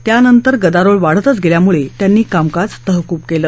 त्यानंतर गदारोळ वाढत गेल्यामुळे त्यांनी कामकाज तहकूब केलं